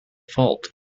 fault